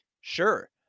sure